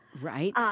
Right